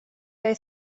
oedd